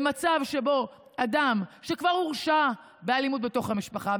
במצב שבו אדם שכבר הורשע באלימות בתוך המשפחה,